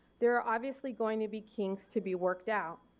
there are obviously going to be kinks to be worked out.